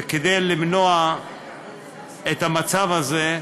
וכדי למנוע את המצב הזה,